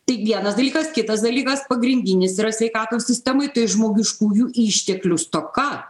tai vienas dalykas kitas dalykas pagrindinis yra sveikatos sistemoj tai žmogiškųjų išteklių stoka